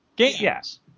Yes